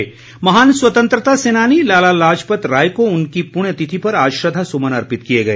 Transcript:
श्रद्वांजलि महान स्वतंत्रता सेनानी लाला लाजपत राय को उनकी पुण्य तिथि पर आज श्रद्दासुमन अर्पित किए गए